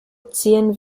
ziehen